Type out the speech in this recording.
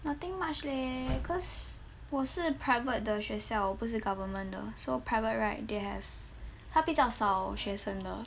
nothing much leh cause 我是 private 的学校不是 government 的 so private right they have 他比较少学生的